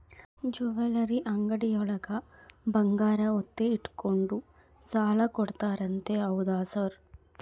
Jewellery ಅಂಗಡಿಯೊಳಗ ಬಂಗಾರ ಒತ್ತೆ ಇಟ್ಕೊಂಡು ಸಾಲ ಕೊಡ್ತಾರಂತೆ ಹೌದಾ ಸರ್?